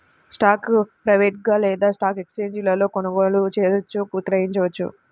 స్టాక్ను ప్రైవేట్గా లేదా స్టాక్ ఎక్స్ఛేంజీలలో కొనుగోలు చేయవచ్చు, విక్రయించవచ్చు